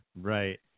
Right